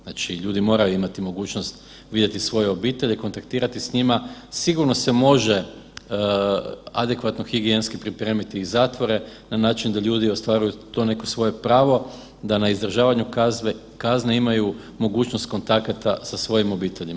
Znači ljudi moraju imati mogućnost vidjeti svoje obitelji, kontaktirati s njima, sigurno se može adekvatno higijenski pripremiti i zatvore na način da ljudi ostvaruju to neko svoje pravo, da na izdržavanju kazne imaju mogućnost kontakata sa svojim obiteljima.